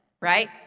Right